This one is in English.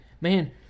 Man